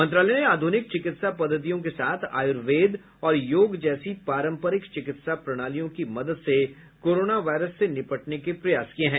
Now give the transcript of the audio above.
मंत्रालय ने आधुनिक चिकित्सा पद्धतियों के साथ आयुर्वेद और योग जैसी पारंपरिक चिकित्सा प्रणालियों की मदद से कोरोना वायरस से निपटने के प्रयास किए हैं